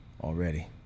already